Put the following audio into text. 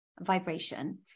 vibration